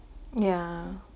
yeah